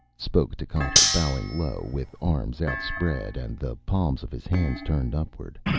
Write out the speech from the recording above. spoke techotl, bowing low, with arms outspread and the palms of his hands turned upward,